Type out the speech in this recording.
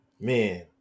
man